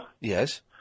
Yes